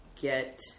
get